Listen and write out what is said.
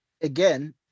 again